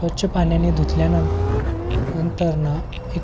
स्वच्छ पाण्याने धुतल्या न नंतरन एक